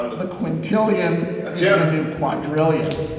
the quintillion is. the new quadrillion.